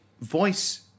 voice